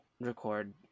record